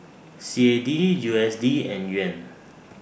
C A D U S D and Yuan